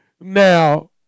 Now